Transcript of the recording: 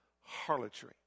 harlotry